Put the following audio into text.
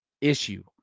Issue